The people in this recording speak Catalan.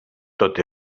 tot